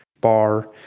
bar